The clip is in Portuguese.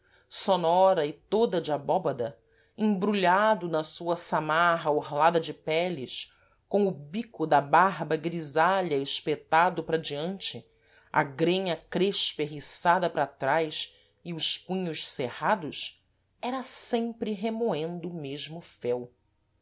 toda de abóbada embrulhado na sua samarra orlada de peles com o bico da barba grisalha espetado para diante a grenha crespa erriçada para trás e os punhos cerrados era sempre remoendo o mesmo fel